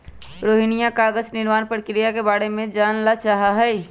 रोहिणीया कागज निर्माण प्रक्रिया के बारे में जाने ला चाहा हई